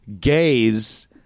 gays